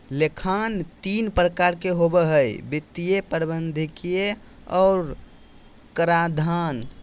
लेखांकन तीन प्रकार के होबो हइ वित्तीय, प्रबंधकीय और कराधान